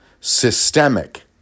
Systemic